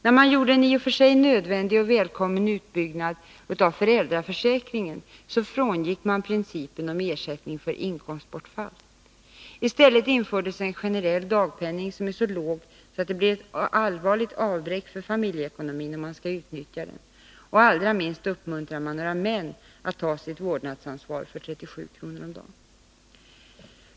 När man gjorde en i och för sig nödvändig och välkommen utbyggnad av föräldraförsäkringen, så frångick man principen om ersättning för inkomstbortfall. I stället infördes en generell dagpenning som är så låg att det blir ett allvarligt avbräck i familjeekonomin om man skall utnyttja den. Allra minst uppmuntrar man några män att ta sitt vårdnadsansvar för 37 kr. om dagen.